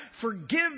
Forgive